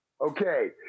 Okay